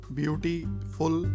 beautiful